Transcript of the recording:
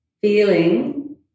feeling